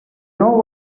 know